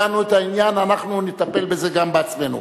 הבנו את העניין, אנחנו נטפל בזה גם בעצמנו.